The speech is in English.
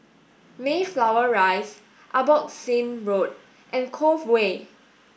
Mayflower Rise Abbotsingh Road and Cove Way